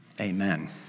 amen